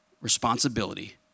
responsibility